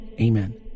Amen